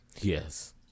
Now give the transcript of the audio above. Yes